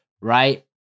right